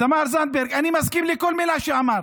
תמר זנדברג, ואני מסכים לכל מילה שאמרת.